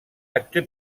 acte